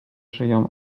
żyją